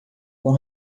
com